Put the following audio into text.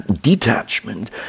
detachment